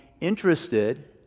interested